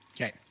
Okay